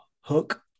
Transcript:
hook